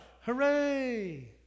Hooray